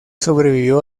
sobrevivió